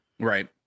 Right